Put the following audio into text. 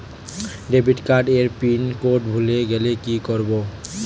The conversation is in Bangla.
ডেবিটকার্ড এর পিন কোড ভুলে গেলে কি করব?